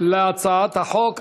להצעת החוק.